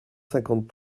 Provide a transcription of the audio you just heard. cinquante